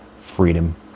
freedom